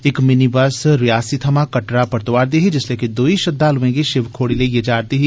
इक mini bus Reasi थमां कटड़ा परतोआ'रदी ही जिसलै कि दूई श्रद्वालुएं गी शिव खोड़ी लेइयै जा'रदी ही